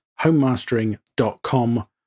homemastering.com